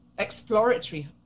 exploratory